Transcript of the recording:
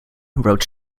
wrote